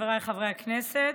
חבריי חברי הכנסת,